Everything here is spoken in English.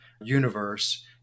universe